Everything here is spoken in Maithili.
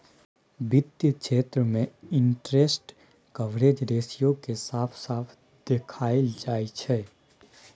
वित्त क्षेत्र मे इंटरेस्ट कवरेज रेशियो केँ साफ साफ देखाएल जाइ छै